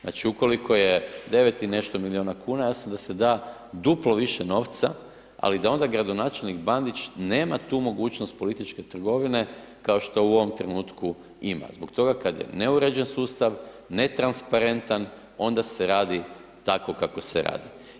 Znači, ukoliko je 9 i nešto milijuna kuna, ja sam da se da duplo više novca, ali da onda gradonačelnik Bandić nema tu mogućnost političke trgovine, kao što u ovom trenutku ima zbog toga kad je neuređen sustav, netransparentan, onda se radi tako kako se radi.